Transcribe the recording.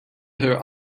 her